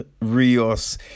Rios